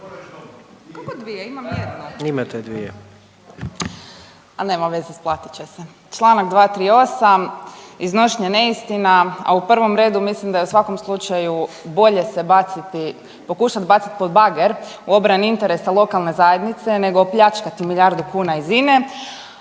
Imate dvije. **Radolović, Sanja (SDP)** A nema veze, isplatit će se. Članak 238. iznošenje neistina, a u prvom redu mislim da je u svakom slučaju bolje se baciti, pokušat bacit pod bager u obrani interesa lokalne zajednice nego opljačkati milijardu kuna iz INA-e.